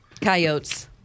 Coyotes